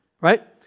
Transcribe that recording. right